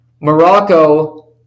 Morocco